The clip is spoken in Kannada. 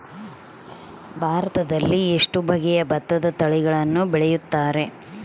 ಭಾರತದಲ್ಲಿ ಎಷ್ಟು ಬಗೆಯ ಭತ್ತದ ತಳಿಗಳನ್ನು ಬೆಳೆಯುತ್ತಾರೆ?